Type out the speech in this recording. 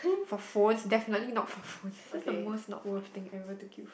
for phones definitely not for phones that's the most not worth thing ever to queue